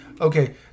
okay